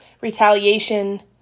Retaliation